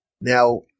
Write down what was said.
Now